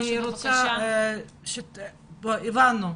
הבנו.